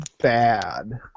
bad